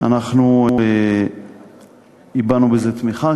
אנחנו הבענו בזה תמיכה,